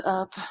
up